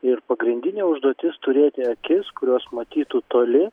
ir pagrindinė užduotis turėti akis kurios matytų toli